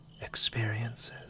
experiences